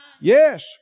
Yes